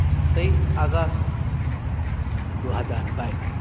तेइस अगस्त दू हजार बाइस